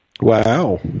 Wow